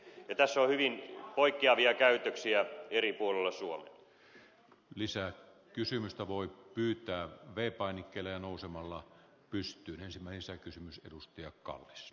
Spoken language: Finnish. tässä on hyvin poikkeavia käytäntöjä eri puolilla suomea lisää kysymystä voi pyytää veikko nikkeliä nousemalla pystyi ensimmäistä kysymys edustaja kalleus